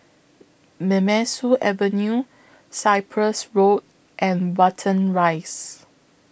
Nemesu Avenue Cyprus Road and Watten Rise